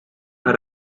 her